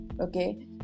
okay